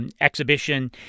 exhibition